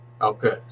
Okay